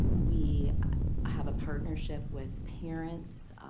we have a partnership with parents,